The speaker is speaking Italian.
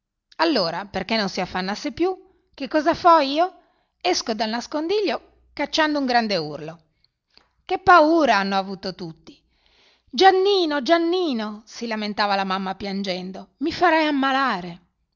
allora perché non si affannasse di più che cosa fo io esco dal nascondiglio cacciando un grande urlo che paura hanno avuto tutti giannino giannino si lamentava la mamma piangendo mi farai ammalare